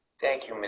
thank you, ah